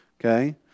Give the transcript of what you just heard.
Okay